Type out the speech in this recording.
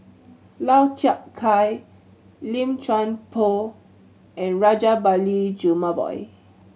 Lau Chiap Khai Lim Chuan Poh and Rajabali Jumabhoy